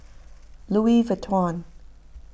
Louis Vuitton